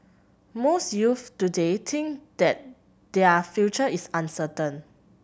most youths today think that their future is uncertain